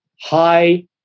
high